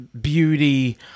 beauty